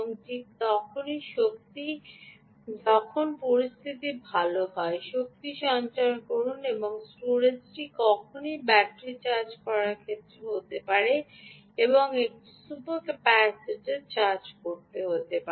ঠিক তখনই শক্তিটি যখন পরিস্থিতি ভাল হয় শক্তি সঞ্চয় করুন এবং স্টোরেজটি কোনও ব্যাটারি চার্জ করার ক্ষেত্রে হতে পারে এবং একটি সুপার ক্যাপাসিটর চার্জ করতে পারে